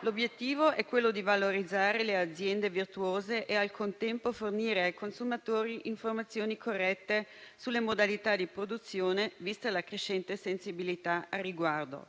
L'obiettivo è di valorizzare le aziende virtuose e, al contempo, fornire ai consumatori informazioni corrette sulle modalità di produzione, vista la crescente sensibilità al riguardo.